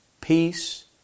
peace